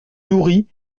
nourri